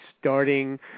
starting